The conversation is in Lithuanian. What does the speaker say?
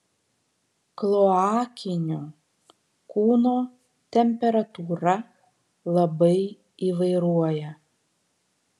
kloakinių kūno temperatūra labai įvairuoja